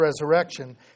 resurrection